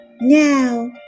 Now